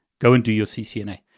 go and do your ccna.